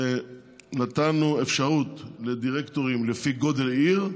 כשנתנו אפשרות לדירקטורים לפי גודל העיר.